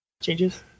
changes